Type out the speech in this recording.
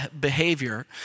behavior